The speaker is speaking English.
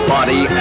Body